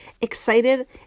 excited